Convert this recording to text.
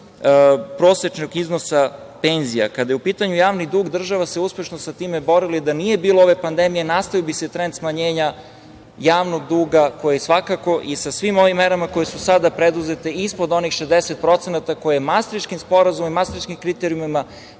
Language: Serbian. prosečnog iznosa penzija. Kada je u pitanju javni dug, država se uspešno sa time borila i da nije bilo ove pandemije, nastavio bi se trend smanjenja javnog duga, koji je svakako, i sa svim ovim merama koje su sada preduzete, ispod onih 60% koje je Mastrihtskim sporazumom i Mastrihtskim kriterijumima